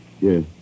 Yes